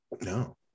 no